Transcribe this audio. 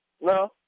No